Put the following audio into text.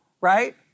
right